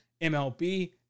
MLB